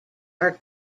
are